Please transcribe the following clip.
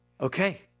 okay